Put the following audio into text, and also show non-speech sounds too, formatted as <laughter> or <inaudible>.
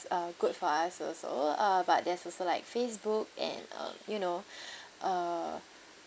uh good for us also uh but there's also like Facebook and um you know <breath> uh